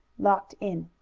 locked in.